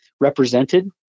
represented